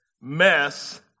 mess